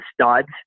studs